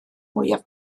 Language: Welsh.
mwyaf